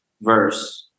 verse